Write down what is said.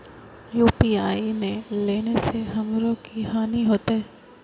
UPI ने लेने से हमरो की हानि होते?